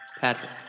Patrick